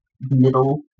middle